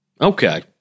Okay